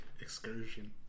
excursion